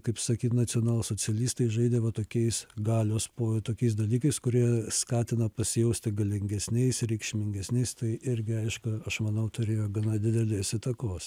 kaip sakyt nacionalsocialistai žaisdavo tokiais galios po tokiais dalykais kurie skatina pasijausti galingesniais reikšmingesniais tai irgi aišku aš manau turėjo gana didelės įtakos